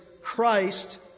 Christ